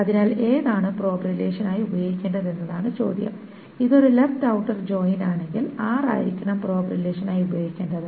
അതിനാൽ ഏതാണ് probe relation ആയി ഉപയോഗിക്കേണ്ടത് എന്നതാണ് ചോദ്യം ഇത് ഒരു ലെഫ്റ് ഔട്ടർ ജോയിൻ ആണെങ്കിൽ r ആയിരിക്കണം പ്രോബ് റിലേഷൻ ആയി ഉപയോഗിക്കേണ്ടത്